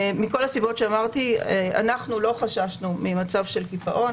מכל הסיבות שאמרתי אנחנו לא חששנו ממצב של קיפאון